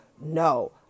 No